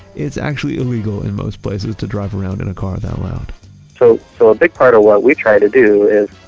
it's actually illegal in most places to drive around in a car that loud so, so a big part of what we try to do is